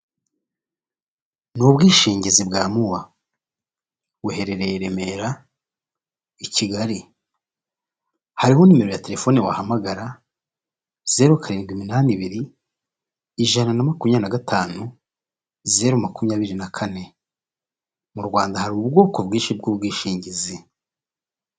Ni ubwishingizi bwa muwa buherereye Remera i kigali hariho nimero ya telefone wahamagara, zeru karindwi iminani, ibiriri, ijana na makumyabiri gatanu, zeru makumyabiri na kane, mu Rwanda hari ubwoko bwinshi bw'ubwishingizi.